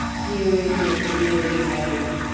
hearing the dreary rain,